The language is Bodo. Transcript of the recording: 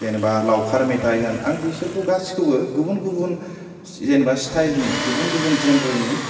जेनावबा लावखार मेथाइ होन आं बिसोरखौ गासिखौबो गुबुन गुबुन जेनावबा स्थाइलनि गुबुन गुबुन जेनरेनि